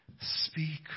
Speak